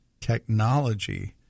technology